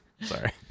Sorry